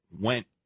went